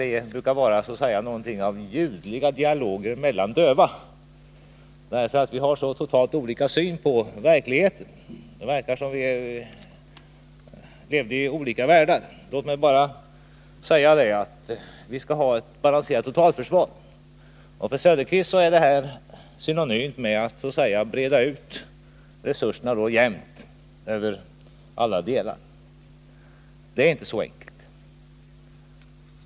Vi brukar ofta föra sådana här dialoger, ljudliga dialoger mellan döva så att säga, för vi har så totalt olika syn på verkligheten. Det förefaller som om vi levde i olika världar. Låt mig bara säga att vi skall ha ett balanserat totalförsvar. För Oswald Söderqvist är det synonymt med att breda ut resurserna jämnt över alla delar av försvaret. Det är inte så enkelt.